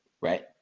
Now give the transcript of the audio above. right